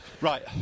Right